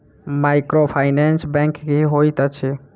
Microfinance bank की होइत अछि?